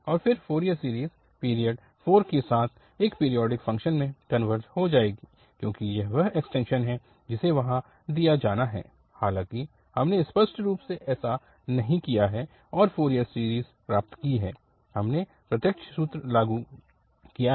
और फिर Fourier series period 4 के साथ एक पीरियोडिक फ़ंक्शन में कनवर्ज हो जाएगी क्योंकि यह वह एक्सटेंशन है जिसे वहां किया जाना है हालांकि हमने स्पष्ट रूप से ऐसा नहीं किया है और फ़ोरियर सीरीज़ प्राप्त की है हमने प्रत्यक्ष सूत्र लागू किया है